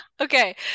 Okay